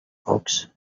books